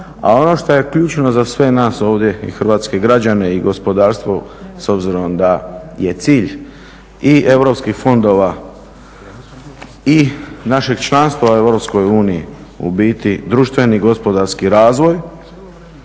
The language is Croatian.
a ono što je ključno za sve nas ovdje, i hrvatske građane i gospodarstvo s obzirom da je cilj i europskih fondova i našeg članstva u EU u biti društveni gospodarski razvoj,